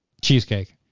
cheesecake